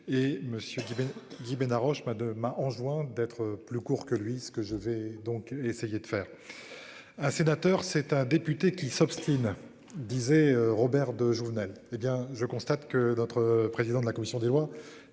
qui Guy Bénard Roche pas de demain en jouant d'être plus court que lui. Ce que je vais donc essayer de faire. Un sénateur c'est un député qui s'obstinent disait Robert de Jouvenel, hé bien je constate que notre président de la commission des Lois